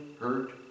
hurt